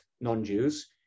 non-Jews